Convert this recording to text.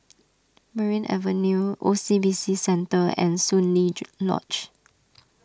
Merryn Avenue O C B C Centre and Soon Lee Lodge